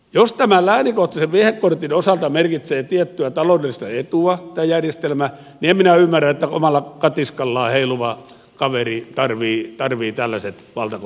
jos tämä järjestelmä läänikohtaisen viehekortin osalta merkitsee tiettyä taloudellista etua niin en minä ymmärrä että omalla katiskallaan heiluva kaveri tarvitsee tällaiset valtakunnalliset luvat